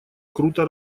круто